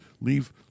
leave